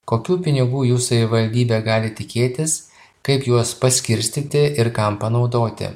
kokių pinigų jų savivaldybė gali tikėtis kaip juos paskirstyti ir kam panaudoti